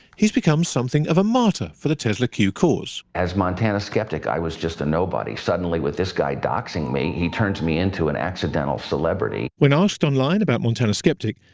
he's become something of a martyr for the tesla q cause. as montana skeptic, i was just a nobody. suddenly, with this guy doxing me, he turns me into an accidental celebrity. when asked online about montana skeptic,